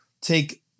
take